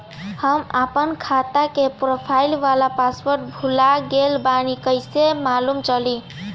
हम आपन खाता के प्रोफाइल वाला पासवर्ड भुला गेल बानी कइसे मालूम चली?